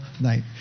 night